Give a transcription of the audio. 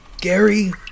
Gary